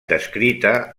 descrita